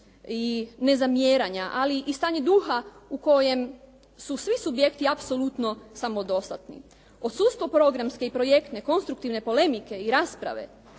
i nezamjeranja ali i stanje duha u kojem su svi subjekti apsolutno samodostatni. Od …/Govornik se ne razumije./… programske i projektne konstruktivne polemike i rasprave